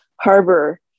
harbor